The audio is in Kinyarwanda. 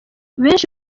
benshi